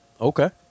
Okay